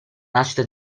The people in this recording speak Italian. nascita